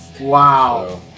Wow